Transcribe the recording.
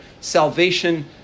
salvation